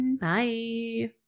Bye